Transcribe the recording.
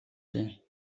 дээ